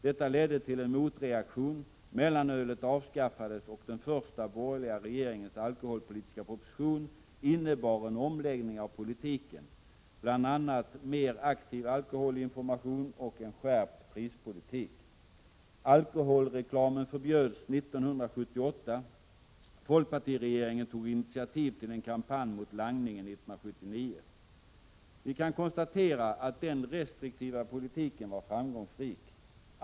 Detta ledde till en motreaktion. Mellanölet avskaffades och den första borgerliga regeringens alkoholpolitiska proposition innebar en omläggning av politiken, bl.a. en mer aktiv alkoholinformation och en skärpt prispolitik. Alkoholreklamen förbjöds 1978. Folkpartiregeringen tog initiativ till en kampanj mot langningen 1979. Vi kan konstatera att den restriktiva politiken var framgångsrik.